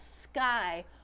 sky